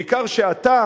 בעיקר שאתה